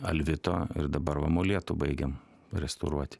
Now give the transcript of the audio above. alvito ir dabar va molėtų baigiam restauruoti